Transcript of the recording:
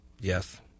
Yes